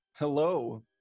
Hello